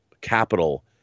capital